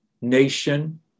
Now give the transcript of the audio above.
nation